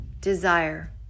Desire